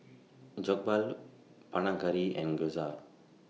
Jokbal Panang Curry and Gyoza